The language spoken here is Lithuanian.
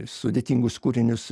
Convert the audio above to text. sudėtingus kūrinius